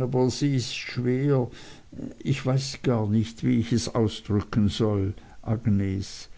aber sie ist schwer ich weiß gar nicht wie ich es ausdrücken soll agnes